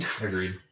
Agreed